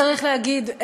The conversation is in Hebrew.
צריך להגיד,